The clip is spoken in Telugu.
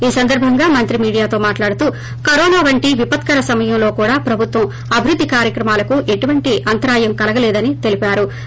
ఈ సందర్బంగా మంత్రి మీడియాతో మాట్లాడుతూ కరోనా వంటి విపత్కర సమయంలో కూడా ప్రభుత్వ అభివృద్ది కార్యక్రమాలకు ఎటువంటి అంతరాయం కలగలేదని తెలిపారు